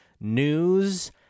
News